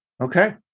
okay